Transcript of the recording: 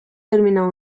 terminaba